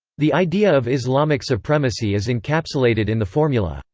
the idea of islamic supremacy is encapsulated in the formula,